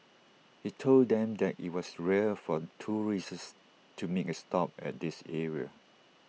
he told them that IT was rare for tourists to make A stop at this area